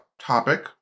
topic